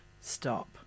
Stop